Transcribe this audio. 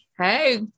Hey